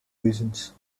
reasons